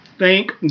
Thank